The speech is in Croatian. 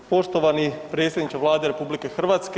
Poštovani predsjedniče Vlade RH.